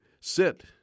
sit